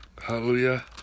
hallelujah